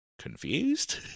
confused